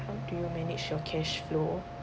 how do you manage your cash flow